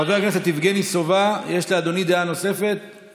חבר הכנסת יבגני סובה, יש לאדוני דעה נוספת?